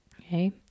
Okay